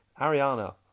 Ariana